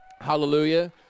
Hallelujah